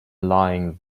lying